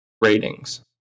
ratings